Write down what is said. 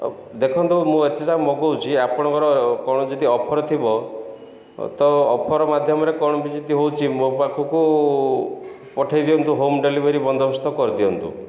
ଦେଖନ୍ତୁ ମୁଁ ଏତେଯାକ ମଗାଉଛି ଆପଣଙ୍କର କ'ଣ ଯଦି ଅଫର ଥିବ ତ ଅଫର ମାଧ୍ୟମରେ କ'ଣ ବି ଯଦି ହେଉଛି ମୋ ପାଖକୁ ପଠେଇ ଦିଅନ୍ତୁ ହୋମ୍ ଡେଲିଭରି ବନ୍ଦୋବସ୍ତ କରିଦିଅନ୍ତୁ